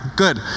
Good